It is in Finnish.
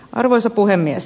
arvoisa puhemies